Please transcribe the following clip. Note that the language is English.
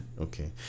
okay